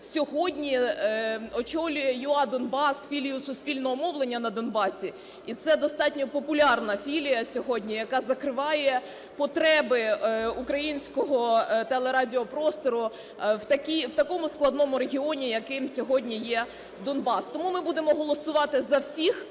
сьогодні очолює "UA:Донбас" – філію суспільного мовлення на Донбасі, і це достатньо популярна філія сьогодні, яка закриває потреби українського телерадіопростору в такому складному регіоні, яким сьогодні є Донбас. Тому ми будемо голосувати за всіх